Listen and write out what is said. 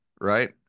right